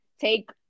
take